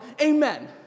Amen